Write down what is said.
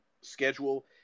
schedule